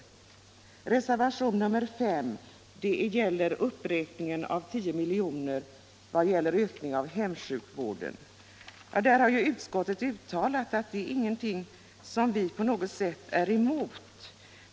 Reservationen 5 gäller en uppräkning med 10 miljoner av bidraget till hemsjukvården. Utskottet har uttalat att vi inte på något sätt är emot detta.